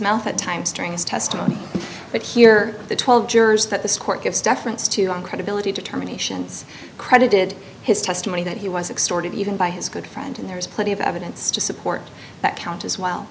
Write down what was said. mouth at times during his testimony but here the twelve jurors that this court gives deference to on credibility determinations credited his testimony that he was extorted even by his good friend and there's plenty of evidence to support that count as well